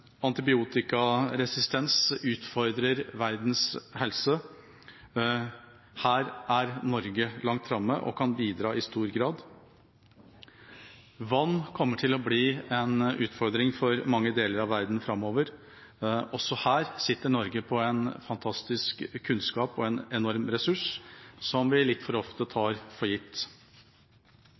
Antibiotikaresistens utfordrer verdens helse. På dette området er Norge langt framme og kan bidra i stor grad. Vann kommer til å bli en utfordring for mange deler av verden framover. Også på dette området sitter Norge på en fantastisk kunnskap og en enorm ressurs, som vi litt for ofte tar for gitt.